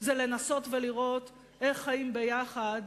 זה לנסות ולראות איך חיים ביחד,